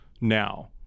now